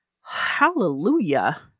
Hallelujah